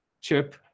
chip